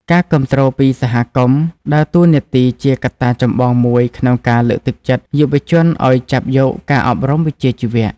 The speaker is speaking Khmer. ការគាំទ្រពីសហគមន៍ ដើរតួនាទីជាកត្តាចម្បងមួយក្នុងការលើកទឹកចិត្តយុវជនឱ្យចាប់យកការអប់រំវិជ្ជាជីវៈ។